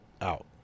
out